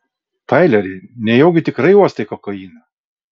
taileri nejaugi tikrai uostai kokainą